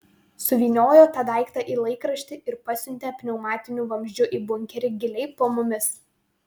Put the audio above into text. suvyniojo tą daiktą į laikraštį ir pasiuntė pneumatiniu vamzdžiu į bunkerį giliai po mumis